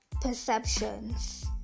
perceptions